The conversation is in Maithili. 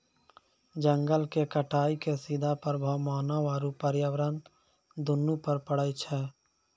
जंगल के कटाइ के सीधा प्रभाव मानव आरू पर्यावरण दूनू पर पड़ै छै